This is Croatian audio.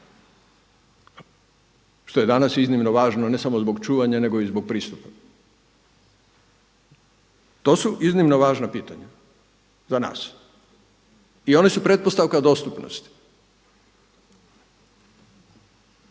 što je danas iznimno važno ne samo zbog čuvanja, nego i zbog pristupa. To su iznimno važna pitanja za nas. I oni su pretpostavka dostupnosti.